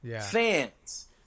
fans